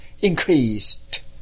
increased